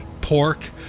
pork